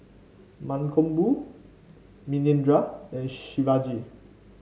Mankombu Manindra and Shivaji